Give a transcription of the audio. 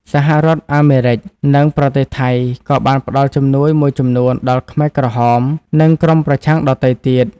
សហរដ្ឋអាមេរិក និងប្រទេសថៃក៏បានផ្ដល់ជំនួយមួយចំនួនដល់ខ្មែរក្រហម និងក្រុមប្រឆាំងដទៃទៀត។